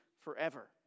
forever